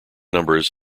numbers